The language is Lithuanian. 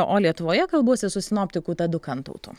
o lietuvoje kalbuosi su sinoptikų tadu kantautu